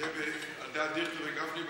זה יהיה על דעת דיכטר וגפני בכספים.